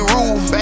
Roof